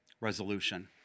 resolution